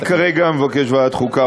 אני כרגע מבקש ועדת החוקה,